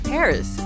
Paris